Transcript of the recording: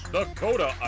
Dakota